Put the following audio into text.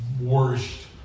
worst